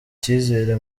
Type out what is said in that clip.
icyizere